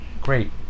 great